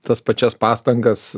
tas pačias pastangas